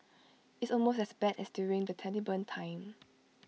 it's almost as bad as during the Taliban time